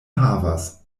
havas